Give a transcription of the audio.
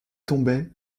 tombait